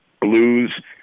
blues